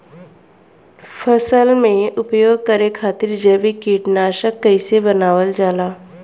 फसल में उपयोग करे खातिर जैविक कीटनाशक कइसे बनावल जाला?